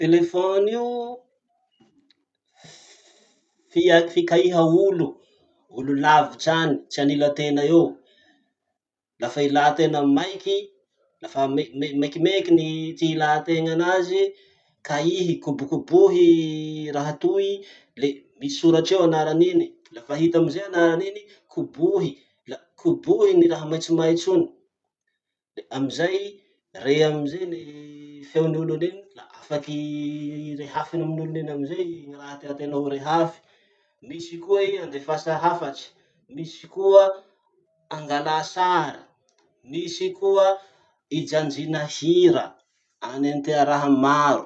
Telefony io: fia- fikahia olo, olo lavitr'any tsy anila tena eo. Lafa ilatena maiky, lafa me- mekimeky ny ty ilatena anazy, kaihy kobokobohy raha toy le misoratsy eo anaran'iny. Lafa hita amizay anarany iny, kobohy la kobohy ny raha maintsomaintso iny, amizay i re amizay ny feon'olon'iny la afaky rehafy amin'olo iny amizay ny raha tiatena ho rehafy. Misy koa i andefasa hafatsy, misy koa angalà sary, misy koa ijanjina hira, anentea raha maro.